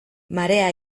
marea